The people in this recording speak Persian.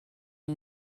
این